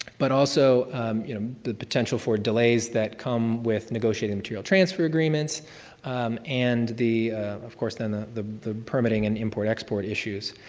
but also you know the potential for delays that come with negotiating material transfer agreements and the of course, then the the permitting and import export issues.